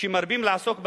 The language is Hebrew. שמרבים לעסוק בה,